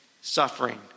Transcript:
suffering